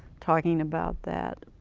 talking about that.